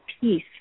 peace